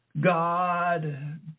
God